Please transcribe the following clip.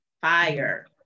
fire